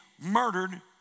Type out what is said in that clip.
murdered